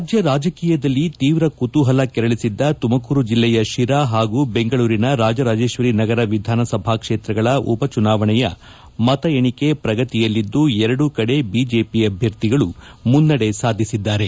ರಾಜ್ಯ ರಾಜಕೀಯದಲ್ಲಿ ತೀವ್ರ ಕುತೂಹಲ ಕೆರಳಿಸಿದ್ದ ತುಮಕೂರು ಜಿಲ್ಲೆಯ ಶಿರಾ ಹಾಗೂ ಬೆಂಗಳೂರಿನ ರಾಜರಾಜೇಶ್ವರಿನಗರ ವಿಧಾನಸಭಾ ಕ್ಷೇತ್ರಗಳ ಉಪಚುನಾವಣೆಯ ಮತ ಎಣಿಕೆ ಪ್ರಗತಿಯಲ್ಲಿದ್ದು ಎರಡೂ ಕಡೆ ಬಿಜೆಪಿ ಅಭ್ಯರ್ಥಿಗಳು ಮುನ್ನಡೆ ಸಾಧಿಸಿದ್ದಾರೆ